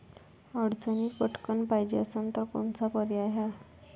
अडचणीत पटकण पायजे असन तर कोनचा पर्याय हाय?